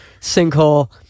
Sinkhole